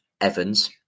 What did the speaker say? Evans